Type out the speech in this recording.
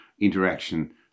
interaction